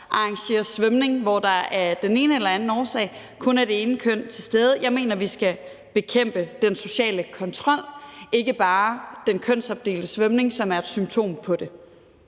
arrangerer svømning, hvor der af den ene eller anden årsag kun er det ene køn til stede. Jeg mener, vi skal bekæmpe den sociale kontrol, ikke bare den kønsopdelte svømning, som er et symptom på det.